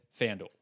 FanDuel